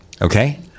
okay